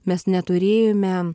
mes neturėjome